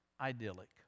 idyllic